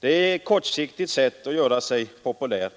Det är ett kortsiktigt sätt att göra sig populär.